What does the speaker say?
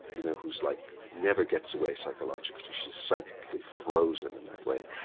you know who's like never gets away psychologically, she's psychically frozen in that way.